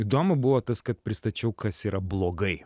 įdomu buvo tas kad pristačiau kas yra blogai